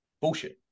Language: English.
Bullshit